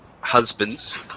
husbands